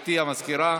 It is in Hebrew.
גברתי המזכירה.